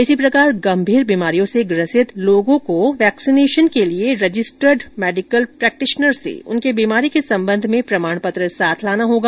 इसी प्रकार गंभीर बीमारी वाले व्यक्तियों को वैक्सीनेशन के लिए रजिस्टर्ड मेडिकल प्रेक्टिश्नर से उनकी बीमारी के सम्बन्ध में प्रमाणपत्र साथ लाना होगा